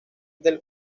del